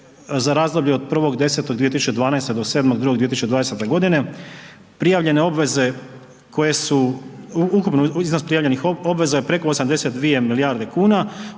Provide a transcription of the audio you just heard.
za razdoblje od 1.10.2012. do 7.2.2020. godine prijavljene obveze, ukupan iznos prijavljenih obveza je preko 82 milijarde kuna,